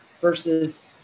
versus